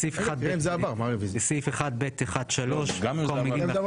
הצבעה בעד, 3 נגד, 7 נמנעים, אין לא אושר.